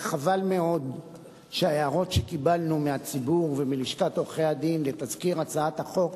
וחבל מאוד שההערות שקיבלנו מהציבור ומלשכת עורכי-הדין לתזכיר החוק,